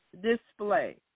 display